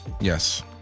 Yes